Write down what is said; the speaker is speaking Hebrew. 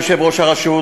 יושב-ראש הרשות,